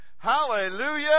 Hallelujah